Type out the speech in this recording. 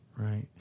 Right